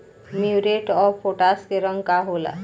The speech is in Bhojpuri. म्यूरेट ऑफ पोटाश के रंग का होला?